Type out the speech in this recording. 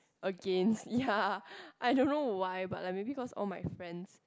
again ya I don't know why but I maybe cause all my friends